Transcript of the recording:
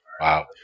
wow